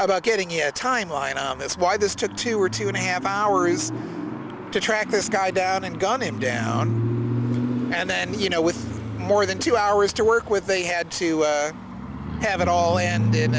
about getting your timeline on this why this took two or two and a half hours to track this guy down and gun him down and then you know with more than two hours to work with they had to have it all and then